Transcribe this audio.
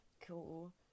cool